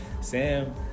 Sam